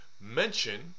mention